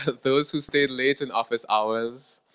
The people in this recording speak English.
those who stayed late in office hours,